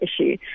issue